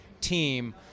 team